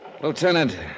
Lieutenant